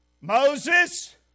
Moses